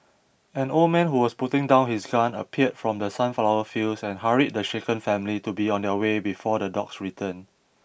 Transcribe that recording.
an old man who was putting down his gun appeared from the sunflower fields and hurried the shaken family to be on their way before the dogs return